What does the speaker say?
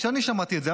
כשאני שמעתי את זה,